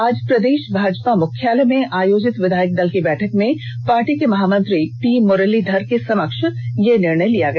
आज प्रदेष भाजपा मुख्यालय में आयोजित विधायक दल की बैठक में पार्टी के महामंत्री पी मुरलीधर के समक्ष यह निर्णय लिया गया